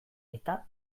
eta